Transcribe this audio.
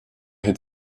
had